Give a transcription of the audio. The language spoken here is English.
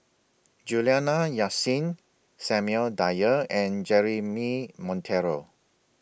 Juliana Yasin Samuel Dyer and Jeremy Monteiro